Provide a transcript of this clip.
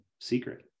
secret